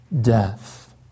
death